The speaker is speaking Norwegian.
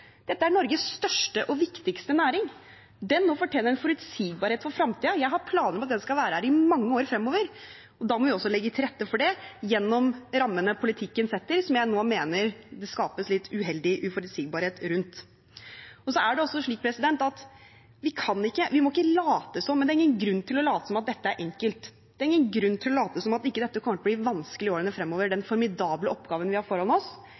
Dette er Norges største og viktigste næring. Den også fortjener en forutsigbarhet for fremtiden. Jeg har planer om at den skal være her i mange år fremover, og da må vi legge til rette for det gjennom rammene politikken setter, som jeg nå mener det skapes litt uheldig uforutsigbarhet rundt. Det er ingen grunn til å late som om dette er enkelt. Det er ingen grunn til å late som om ikke dette kommer til å bli vanskelig i årene fremover – den formidable oppgaven vi har foran oss,